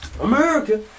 America